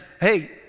hey